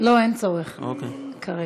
לא, אין צורך כרגע.